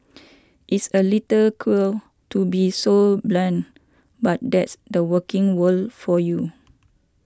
it's a little cruel to be so blunt but that's the working world for you